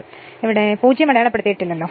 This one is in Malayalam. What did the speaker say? അതിനാൽ ഇവിടെ 0 അടയാളപ്പെടുത്തിയിട്ടില്ല